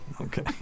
Okay